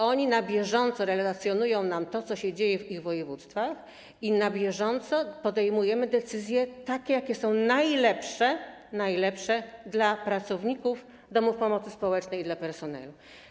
Oni na bieżąco relacjonują nam to, co się dzieje w ich województwach, i na bieżąco podejmujemy takie decyzje, jakie są najlepsze - najlepsze - dla pracowników domów pomocy społecznej i dla personelu.